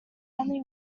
only